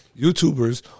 YouTubers